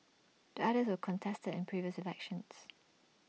the others were contested in previous elections